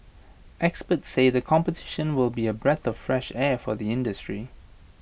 experts said the competition will be A breath the fresh air for the industry